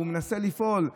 הוא מנסה לפעול.